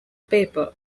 paper